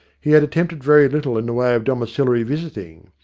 he had attempted very little in the way of domiciliary visiting,